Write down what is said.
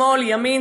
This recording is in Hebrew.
שמאל ימין,